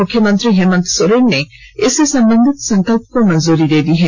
मुख्यमंत्री हेमंत सोरेन ने इससे संबंधित संकल्प को मंजूरी दे दी है